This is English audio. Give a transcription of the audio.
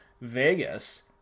Vegas